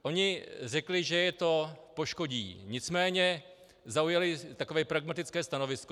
Oni řekli, že je to poškodí, nicméně zaujali takové pragmatické stanovisko.